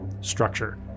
structure